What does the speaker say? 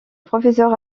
professeur